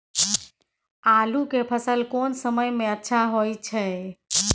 आलू के फसल कोन समय में अच्छा होय छै?